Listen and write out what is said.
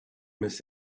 miss